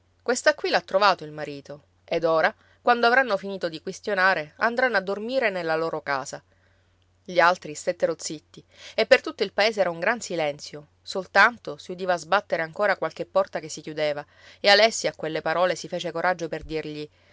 questa qui l'ha trovato il marito ed ora quando avranno finito di quistionare andranno a dormire nella loro casa gli altri stettero zitti e per tutto il paese era un gran silenzio soltanto si udiva sbattere ancora qualche porta che si chiudeva e alessi a quelle parole si fece coraggio per dirgli